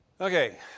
Okay